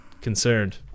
concerned